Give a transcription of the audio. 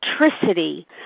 electricity